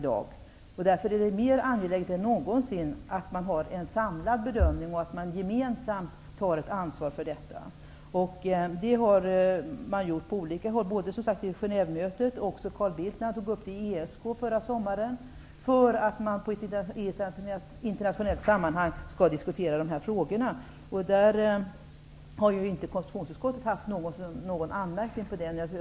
Därför är det mer angeläget än någonsin att det görs en samlad bedömning och att man gemensamt tar ett ansvar för detta. Det har man gjort på olika håll, bl.a. vid Genèvemötet, som sagt. Carl Bildt tog också i ESK förra sommaren upp frågan om att man i ett internationellt sammanhang skall diskutera de här frågorna. Konstitutionsutskottet har ju inte haft någon anmärkning när det gäller detta.